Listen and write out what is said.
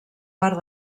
part